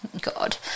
God